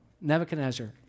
Nebuchadnezzar